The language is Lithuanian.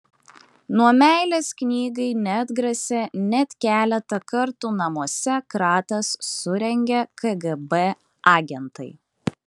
nuo meilės knygai neatgrasė net keletą kartų namuose kratas surengę kgb agentai